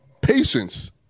Patience